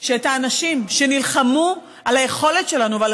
זה שאת האנשים שנלחמו על היכולת שלנו ועל